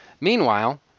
Meanwhile